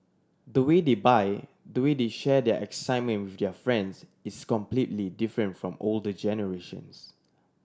the way they buy the way they share their excitement with their friends is completely different from older generations